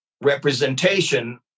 representation